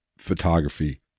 Photography